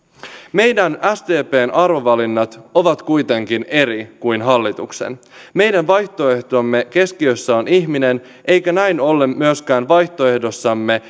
meidän sdpn arvovalinnat ovat kuitenkin eri kuin hallituksen meidän vaihtoehtomme keskiössä on ihminen eikä näin ollen vaihtoehdossamme